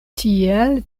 tiel